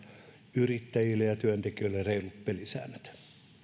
yrittäjille ja työntekijöille reilut pelisäännöt